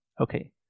Okay